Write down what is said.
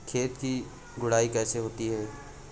खेत की गुड़ाई कैसे होती हैं?